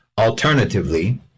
alternatively